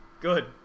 Good